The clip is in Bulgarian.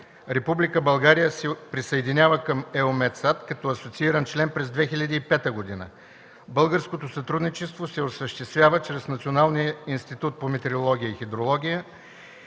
Република България се присъединява към EUMETSAT като асоцииран член през 2005 година. Българското сътрудничество се осъществява чрез Националния институт по метеорология и хидрология